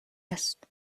است